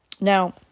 Now